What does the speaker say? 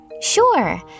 Sure